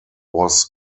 was